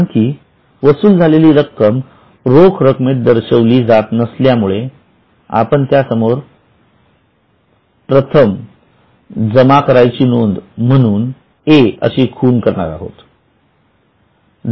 कारण की वसूल झालेली ही रक्कम रोख रक्कमेत दर्शविली जात नसल्यामुळे आपण त्या समोर प्रथमेश जमा करायची नोंद म्हणून ए अशी खून करणार आहोत